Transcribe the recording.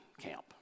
camp